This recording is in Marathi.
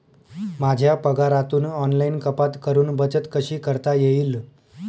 माझ्या पगारातून ऑनलाइन कपात करुन बचत कशी करता येईल?